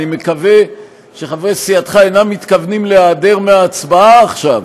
אני מקווה שחברי סיעתך אינם מתכוונים להיעדר מההצבעה עכשיו.